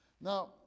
Now